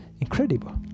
incredible